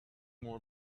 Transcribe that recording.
more